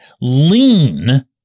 lean